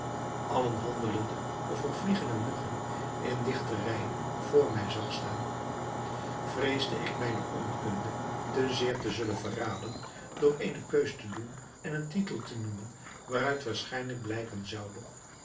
allen handelende over vliegen en muggen in dichte rijen voor mij zag staan vreesde ik mijne onkunde te zeer te zullen verraden door eene keus te doen en een titel te noemen waaruit waarschijnlijk blijken zoude